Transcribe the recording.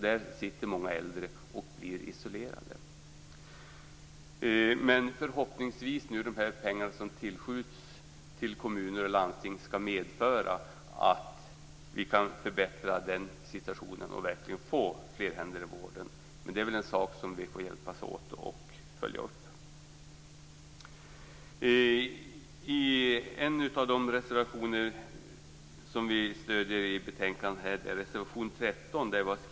Därför sitter många där och blir isolerade. Men förhoppningsvis skall de pengar som tillförs kommuner och landsting medföra att vi kan förbättra denna situation och verkligen få fler händer i vården. Men det är väl något som vi får hjälpas åt att följa upp. Vänsterpartiet och Miljöpartiet har tillsammans skrivit reservation 13.